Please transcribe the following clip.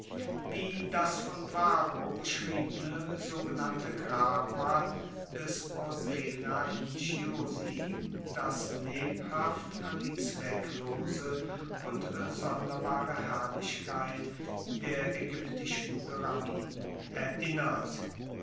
wie das von varro beschriebene sogenannte grabmal des porsena in chiusi das lebhaft an die zwecklose und sonderbare herrlichkeit der aegyptischen pyramiden erinnert